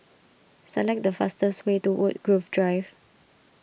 select the fastest way to Woodgrove Drive